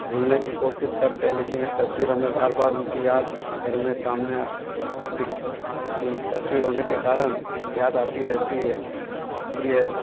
भूलने की कोशिश करते हें लेकिन ये तस्वीर हमें बार बार उनकी याद घर में सामने दिख उन तस्वीर होने के कारण याद आती रहती है इसलिए